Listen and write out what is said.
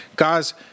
Guys